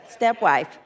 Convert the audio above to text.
Stepwife